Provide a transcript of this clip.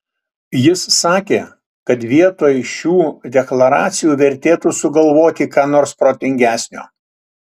jis sakė kad vietoj šių deklaracijų vertėtų sugalvoti ką nors protingesnio